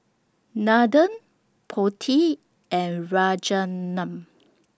Nathan Potti and Rajaratnam